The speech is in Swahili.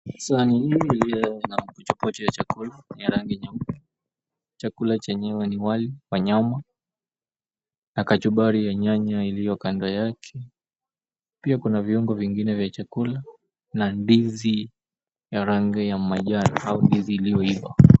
Sahani hili lililo na mapochopocho ya chakula ya rangi nyeupe. Chakula chenyewe ni wali wa nyama na kachumbari ya nyanya iliyo kando yake. Pia kuna viungo vingine vya chakula na ndizi ya rangi ya manjano au ndizi iliyoiva.